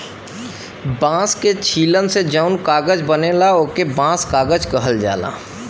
बांस के छीलन से जौन कागज बनला ओके बांस कागज कहल जाला